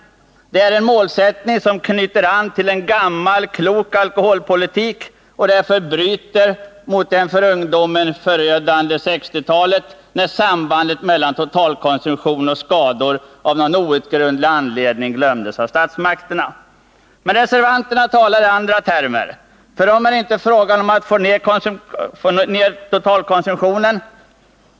Det är en målsättning som knyter an till en gammal, klok svensk alkoholpolitik och som bryter med alkoholpolitiken under det för ungdomen förödande 1960-talet, när sambandet mellan totalkonsumtion och skador av någon outgrundlig anledning glömdes av statsmakterna. Men reservanterna talar i andra termer. För dem är det inte fråga om att få ned totalkonsumtionen.